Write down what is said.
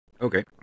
Okay